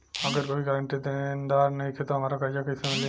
अगर कोई गारंटी देनदार नईखे त हमरा कर्जा कैसे मिली?